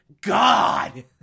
God